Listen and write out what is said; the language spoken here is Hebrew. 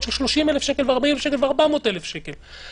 של 30,000 שקל ו-40,000 שקל ו-400,000 שקל.